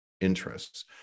interests